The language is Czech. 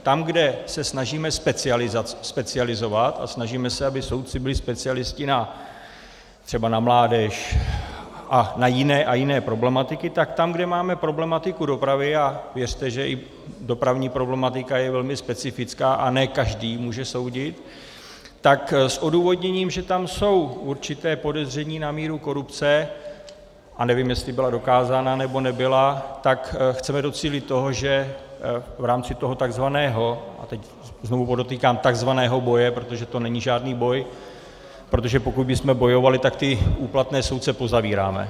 Tam, kde se snažíme specializovat a snažíme se, aby soudci byli specialisté třeba na mládež a na jiné a jiné problematiky, tak tam, kde máme problematiku dopravy, a věřte že i dopravní problematika je velmi specifická a ne každý ji může soudit, tak s odůvodněním, že tam jsou určitá podezření na míru korupce a nevím, jestli byla dokázána, nebo nebyla , chceme docílit toho, že v rámci toho takzvaného a teď znovu podotýkám takzvaného boje, protože to není žádný boj, protože pokud bychom bojovali, tak ty úplatné soudce pozavíráme.